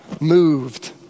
moved